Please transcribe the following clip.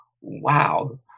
wow